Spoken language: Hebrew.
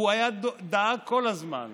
הוא דאג כל הזמן.